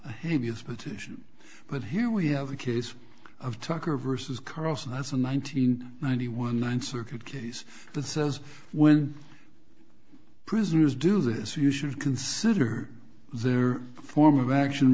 petition but here we have a case of tucker versus carlson as a nineteen ninety one ninth circuit case the says when prisoners do this you should consider their form of action